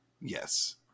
Yes